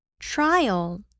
Trial